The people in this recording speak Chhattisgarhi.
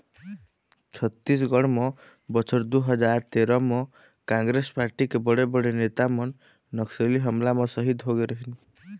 छत्तीसगढ़ म बछर दू हजार तेरा म कांग्रेस पारटी के बड़े बड़े नेता मन नक्सली हमला म सहीद होगे रहिन